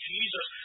Jesus